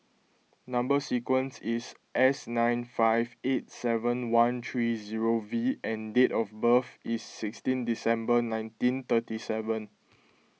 Number Sequence is S nine five eight seven one three zero V and date of birth is sixteen December nineteen thirty seven